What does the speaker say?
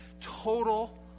Total